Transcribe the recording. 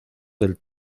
del